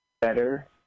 better